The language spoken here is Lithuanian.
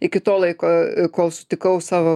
iki to laiko kol sutikau savo